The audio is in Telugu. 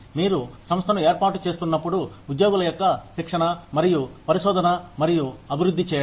మీరు సంస్థను ఏర్పాటు చేస్తున్నప్పుడు ఉద్యోగుల యొక్క శిక్షణ మరియు పరిశోధన మరియు అభివృద్ధి చేయడం